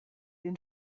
den